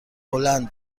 هلند